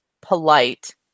polite